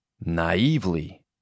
Naively